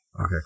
Okay